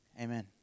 amen